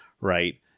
right